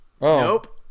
Nope